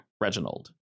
Reginald